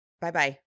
bye-bye